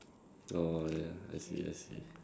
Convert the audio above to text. oh ya I see I see